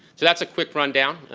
so that's a quick rundown.